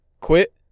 Quit